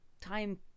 time